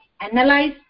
analyze